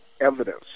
evidence